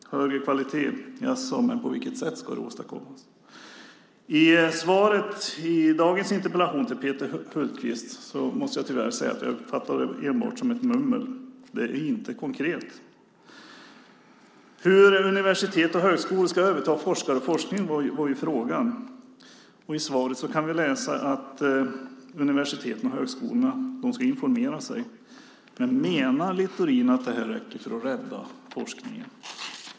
Högre kvalitet, jaså, men på vilket sätt ska det åstadkommas? I svaret på dagens interpellation av Peter Hultqvist måste jag tyvärr säga att jag bara uppfattade ett mummel. Det är inte konkret. Hur universitet och högskolor ska överta forskare och forskning var ju frågan. I svaret kan vi läsa att universiteten och högskolorna ska informera sig. Men menar Littorin att det räcker för att rädda forskningen?